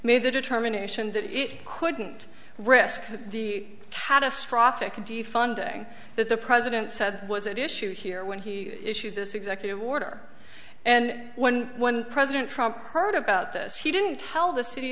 made the determination that it couldn't risk the catastrophic defunding that the president said was it issue here when he issued this executive order and when one president heard about this he didn't tell the city